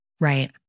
Right